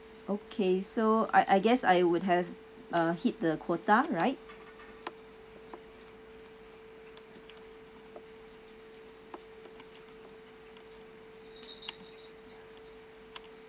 okay so I I guess I would have uh hit the quota right